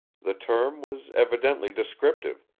the term was evidently descriptive,